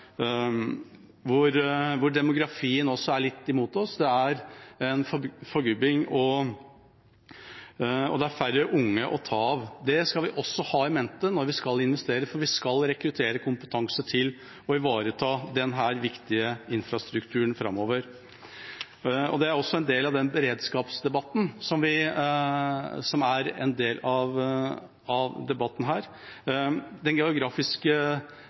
hvor også demografien er litt imot oss. Det er en forgubbing, det er færre unge å ta av. Det skal vi også ha i mente når vi skal investere, for vi skal rekruttere kompetanse til å ivareta denne viktige infrastrukturen framover. Det er også en del av den beredskapsdebatten som er en del av debatten her. Når det gjelder den